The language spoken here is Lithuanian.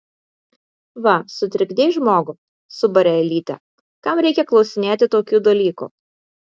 va sutrikdei žmogų subarė elytė kam reikia klausinėti tokių dalykų